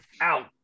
out